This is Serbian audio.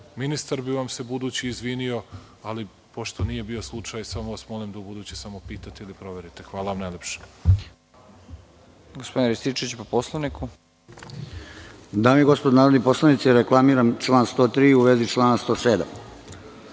ministar bi vam se budući izvinio, ali pošto nije bio slučaj, samo vas molim da u buduće pitate ili proverite. Hvala vam najlepše.